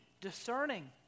discerning